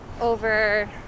over